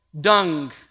dung